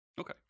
Okay